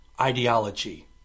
ideology